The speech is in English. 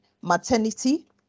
maternity